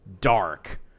dark